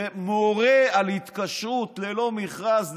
ומורה על התקשרות ללא מכרז,